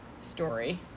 story